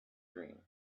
dream